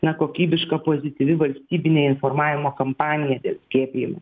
na kokybiška pozityvi valstybinė informavimo kampanija dėl skiepijimų